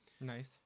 Nice